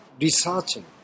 researching